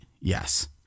Yes